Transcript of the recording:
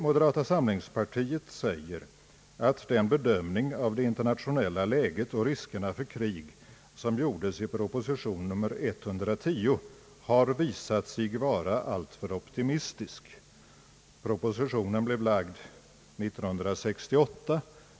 Moderata samlingspartiet skriver i reservation 1: »Den bedömning av det internationella läget och riskerna för krig som gjordes i proposition nr 110 har visat sig vara alltför optimistisk.» — Propositionen blev framlagd 1968.